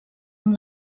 amb